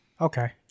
okay